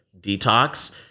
detox